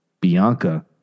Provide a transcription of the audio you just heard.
Bianca